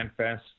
FanFest